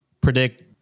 predict